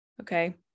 Okay